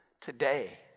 today